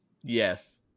Yes